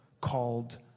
called